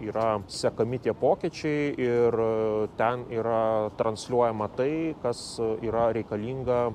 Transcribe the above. yra sekami tie pokyčiai ir ten yra transliuojama tai kas yra reikalinga